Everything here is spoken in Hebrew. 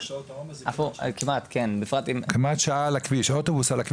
כמעט שעה על הכביש.